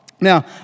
Now